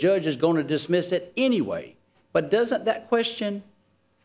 judge is going to dismiss it anyway but does that question